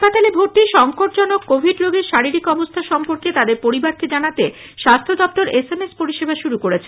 হাসপাতালে ভর্তি সংকটজনক কোভিড রোগীর শারীরিক অবস্থা সম্পর্কে তাদের পরিবারকে জানাতে স্বাস্থ্য দপ্তর এসএমএস পরিষেবা শুরু করেছে